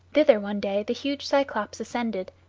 thither one day the huge cyclops ascended,